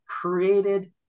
created